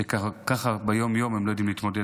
כשגם ככה ביום-יום הם לא יודעים להתמודד,